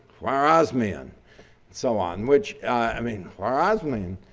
khwarazmian so on which i mean, khawarazmian,